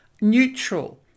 neutral